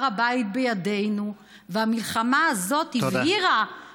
הר הבית בידינו, והמלחמה הזאת הבהירה, תודה.